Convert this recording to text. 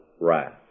wrath